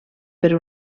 per